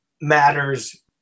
matters